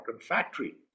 factory